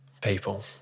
People